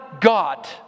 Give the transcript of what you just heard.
God